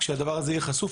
כשזה יהיה חשוף.